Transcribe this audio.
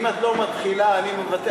אם את לא מתחילה, אני מבטל.